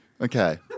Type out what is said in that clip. Okay